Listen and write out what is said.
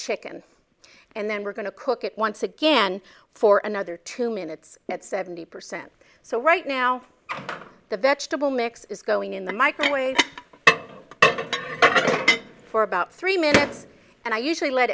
chicken and then we're going to cook at once again for another two minutes at seventy percent so right now the vegetable mix is going in the microwave for about three minutes and i usually let